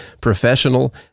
professional